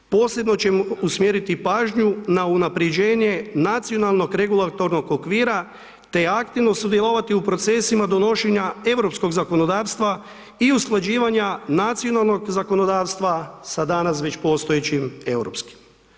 Posebno ćemo usmjeriti pažnju na unaprjeđenje nacionalnog regulatornog okvira te aktivno sudjelovati u procesima donošenja europskog zakonodavstva i usklađivanja nacionalnog zakonodavstva sa danas već postojećim europskim.